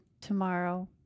tomorrow